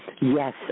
Yes